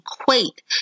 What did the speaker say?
equate